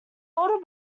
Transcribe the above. older